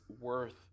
worth